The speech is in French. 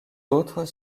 autres